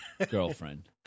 Girlfriend